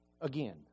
Again